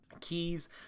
Keys